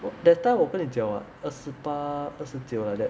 that time 我跟你讲 [what] 二十八二十九 like that